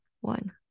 one